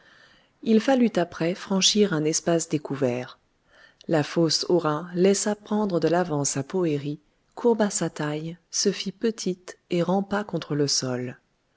il fallut après franchir un espace découvert la fausse hora laissa prendre de l'avance à poëri courba sa taille se fit petite et rampa contre le sol